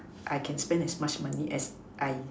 I can spend as much money as I